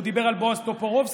הוא דיבר על בועז טופורובסקי,